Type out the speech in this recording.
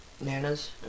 nanas